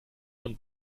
und